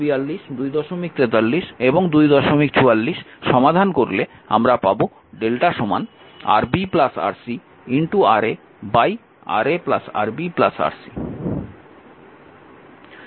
সুতরাং Ra এর জন্য 242 243 এবং 244 সমাধান করলে আমরা পাব lrmΔ Rb Rc Ra Ra Rb Rc